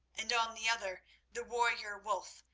and on the other the warrior wulf,